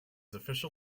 official